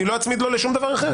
אני לא אצמיד לו לשום דבר אחר.